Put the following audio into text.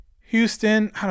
Houston